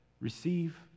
receive